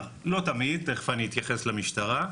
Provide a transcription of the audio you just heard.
לא תמיד, תכף אני אתייחס למשטרה,